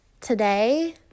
today